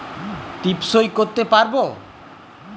টিপ সই করতে পারবো?